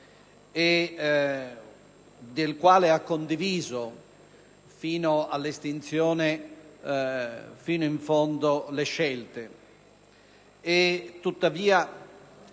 del quale ha condiviso fino all'estinzione, fino in fondo, le scelte.